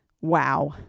Wow